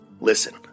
Listen